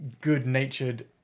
good-natured